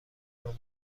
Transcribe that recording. رمان